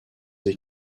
des